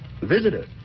Visitor